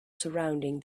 surrounding